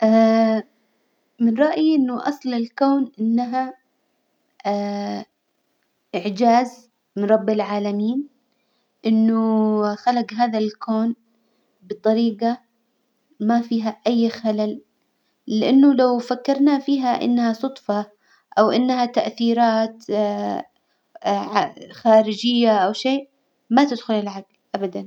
من رأيي إنه أصل الكون إنها إعجاز من رب العالمين إنه خلج هذا الكون بطريجة ما فيها أي خلل، لإنه لو فكرنا فيها إنها صدفة أو إنها تأثيرات خارجية أو شيء ما تدخل العجل أبدا.